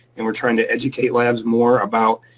and we're trying to educate labs more about.